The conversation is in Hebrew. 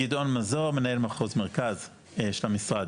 גדעון מזור, מנהל מחוז מרכז של המשרד,